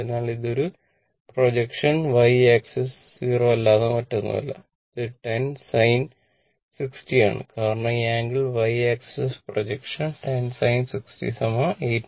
അതിനാൽ ഇത് ഒരു പ്രൊജക്ഷണൽ വൈ ആക്സിസ് 0 അല്ലാതെ മറ്റൊന്നുമല്ല ഇത് 10 sin 60 ആണ് കാരണം ഈ angle y axis projection 10 sin 60 8